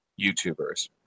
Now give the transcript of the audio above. YouTubers